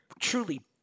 truly